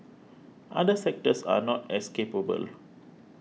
other sectors are not as capable